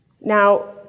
Now